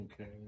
Okay